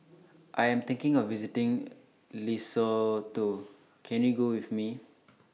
I Am thinking of visiting Lesotho Can YOU Go with Me